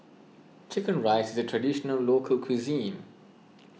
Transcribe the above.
Chicken Rice is a Traditional Local Cuisine